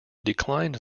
declined